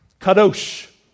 Kadosh